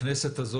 הכנסת הזו